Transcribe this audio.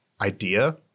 idea